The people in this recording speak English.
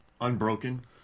Unbroken